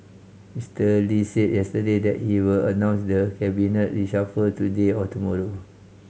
Mister Lee said yesterday that he will announce the cabinet reshuffle today or tomorrow